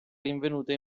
rinvenuta